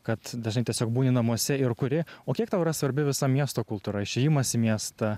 kad dažnai tiesiog būni namuose ir kuri o kiek tau yra svarbi visa miesto kultūra išėjimas į miestą